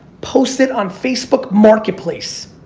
post it on facebook marketplace,